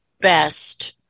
best